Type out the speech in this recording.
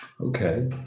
okay